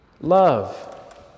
love